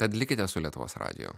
tad likite su lietuvos radiju